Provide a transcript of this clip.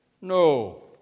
no